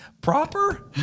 proper